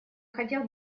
хотел